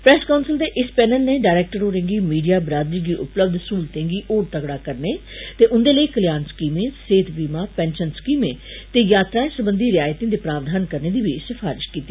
press council दे इस panel ने डायरेक्टर होरें गी मीडिया बिरादरी गी उपलब्ध सहूलतें गी होर तगड़ा करने ते उन्दे लेई कल्याण स्कीमें सेहत बीमा पैंशन स्कीमें ते यात्राएं सरबंधि रियासतें दे प्रावधान करने दी बी सिफारश कीती